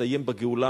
ומסתיים בגאולה,